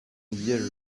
year